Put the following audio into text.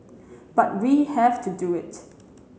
but we have to do it